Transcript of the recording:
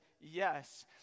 yes